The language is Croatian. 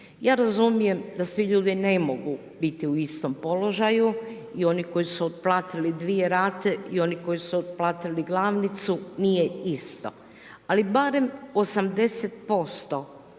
Ja razumijem, da svi ljudi ne mogu biti u istom položaju i oni koji su otplatiti 2 rate i oni koji su otplatili glavnicu, nije isto. Ali barem 80%